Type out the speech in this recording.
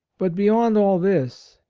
but beyond all this,